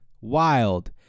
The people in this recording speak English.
wild